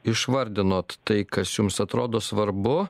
išvardinot tai kas jums atrodo svarbu